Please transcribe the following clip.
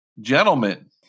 Gentlemen